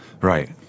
Right